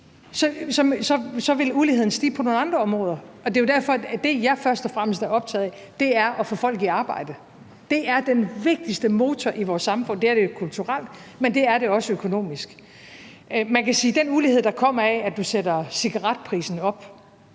Så vil uligheden stige på nogle andre områder. Det er jo derfor, at det, jeg først og fremmest er optaget af, er at få folk i arbejde. Det er den vigtigste motor i vores samfund – det er det kulturelt, men det er det også økonomisk. Man kan sige, at den ulighed, der kommer af, at du sætter cigaretprisen op,